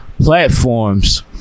platforms